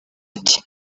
ati